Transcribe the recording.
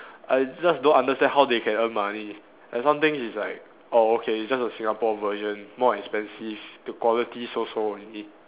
I just don't understand how they can earn money like some things is like oh okay it's just a Singapore version more expensive the quality so so only